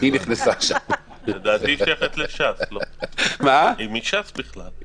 היא מש"ס בכלל.